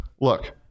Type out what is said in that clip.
look